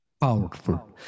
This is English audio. powerful